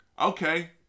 okay